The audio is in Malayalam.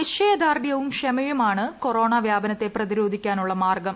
നിശ്ചയദാർഢ്യവും ക്ഷമയുമാണ് കൊറോണ വ്യാപനത്തെ പ്രതിരോധിക്കാനുള്ളൂ മാർഗ്ഗം